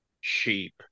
sheep